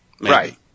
Right